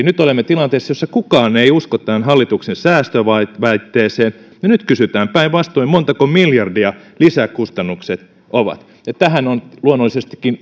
nyt olemme tilanteessa jossa kukaan ei usko tämän hallituksen säästöväitteeseen ja nyt kysytään päinvastoin montako miljardia lisäkustannukset ovat ja tähän on luonnollisestikin